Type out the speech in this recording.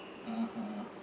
(uh huh)